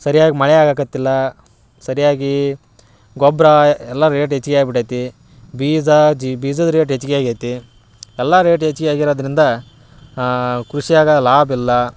ಸರಿಯಾಗಿ ಮಳೆ ಆಗಾಕತ್ತಿಲ್ಲ ಸರಿಯಾಗಿ ಗೊಬ್ಬರ ಎಲ್ಲ ರೇಟ್ ಹೆಚ್ಗೆ ಆಗ್ಬಿಟ್ಟೈತಿ ಬೀಜ ಜಿ ಬೀಜದ ರೇಟ್ ಹೆಚ್ಗೆ ಆಗೇತಿ ಎಲ್ಲ ರೇಟ್ ಹೆಚ್ಗೆ ಆಗಿರೋದ್ರಿಂದ ಕೃಷಿಯಾಗ ಲಾಭ ಇಲ್ಲ ಕ್